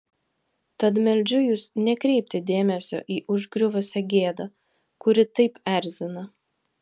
tad meldžiu jus nekreipti dėmesio į užgriuvusią gėdą kuri taip erzina